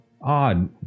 odd